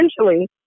essentially